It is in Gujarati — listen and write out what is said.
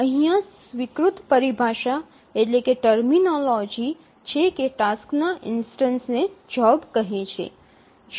અહીયાં સ્વીકૃત પરિભાષા છે કે ટાસક્સ ના ઇન્સ્ટનસ ને જોબ કહે છે